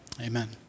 amen